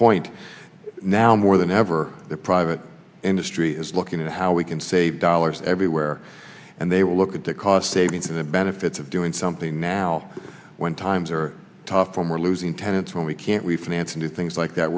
point now more than ever the private industry is looking at how we can save dollars everywhere and they will look at the cost savings in the benefits of doing something now when times are tough for more losing tenants when we can't refinance and do things like that